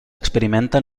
experimenta